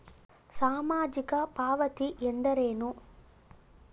ಸಾಮಾಜಿಕ ಪಾವತಿ ಎಂದರೇನು?